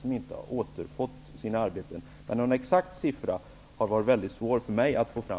Men någon exakt siffra har det varit svårt för mig att få fram.